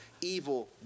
evil